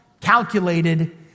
calculated